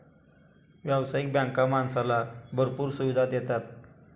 व्यावसायिक बँका माणसाला भरपूर सुविधा देतात